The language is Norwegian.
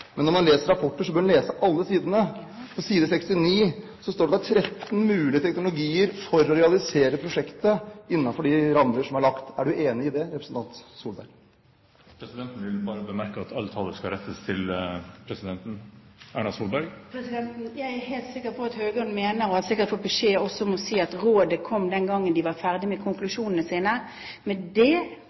men når man leser rapporter, bør man lese alle sidene. På side 69 står det at det var 13 mulige teknologier for å realisere prosjektet innenfor de rammer som er lagt. Er representanten Solberg enig i det? Presidenten vil bemerke at all tale skal rettes til presidenten. Jeg er helt sikker på at Haugan mener – og har sikkert også fått beskjed om å si – at rådet kom den gangen de var ferdig med konklusjonene sine, men det